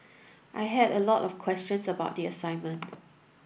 I had a lot of questions about the assignment